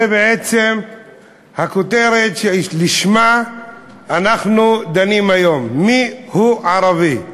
זו בעצם הכותרת שלשמה אנחנו דנים היום: מיהו ערבי.